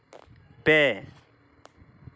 ᱯᱮ